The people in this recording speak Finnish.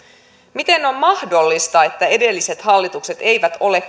miten on mahdollista että edelliset hallitukset eivät ole